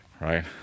right